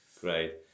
Great